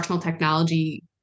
technology